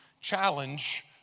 challenge